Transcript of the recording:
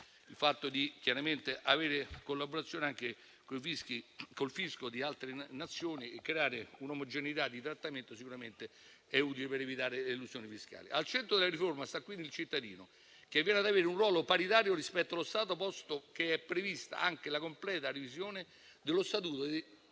Il fatto di avere collaborazione anche con il fisco di altre nazioni e creare un'omogeneità di trattamento è utile per evitare l'elusione fiscale. Al centro della riforma sta quindi il cittadino, che viene ad avere un ruolo paritario rispetto allo Stato, posto che è prevista anche la completa revisione dello statuto